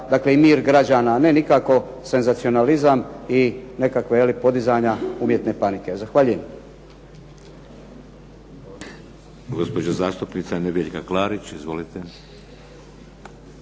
počiva i mir građana, a ne nikako senzacionalizam i nekakva jel podizanja umjetne panike. Zahvaljujem.